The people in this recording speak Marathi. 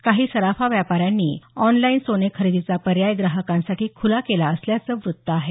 काही सराफा व्यापाऱ्यांनी ऑनलाईन सोने खरेदीचा पर्याय ग्राहकांसाठी खुला केला असल्याचं वृत्त आहे